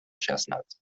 chestnuts